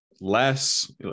less